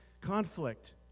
conflict